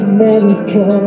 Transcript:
America